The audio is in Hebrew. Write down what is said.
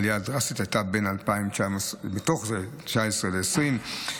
עלייה דרסטית הייתה בתוך זה בין 2019 ל-2020,